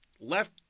left